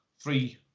three